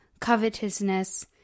covetousness